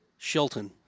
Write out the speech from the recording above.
Shilton